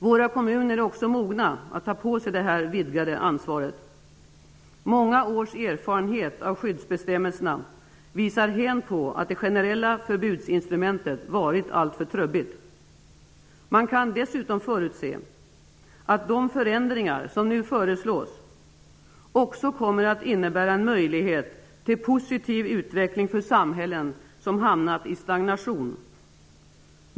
Våra kommuner är också mogna att ta på sig detta vidgade ansvar. Många års erfarenhet av skyddsbestämmelserna visar på att instrumentet generellt förbud varit alltför trubbigt. Man kan dessutom förutse att de förändringar som nu föreslås också kommer att innebära en möjlighet till positiv utveckling för samhällen som hamnat i stagnation.